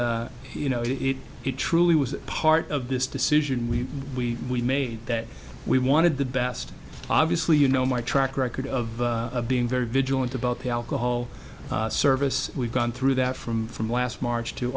you know it he truly was part of this decision we we we made that we wanted the best obviously you know my track record of being very vigilant about the alcohol service we've gone through that from from last march to